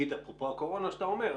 אפרופו הקורונה שאתה אומר,